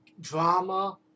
drama